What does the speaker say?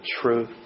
truth